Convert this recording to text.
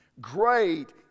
Great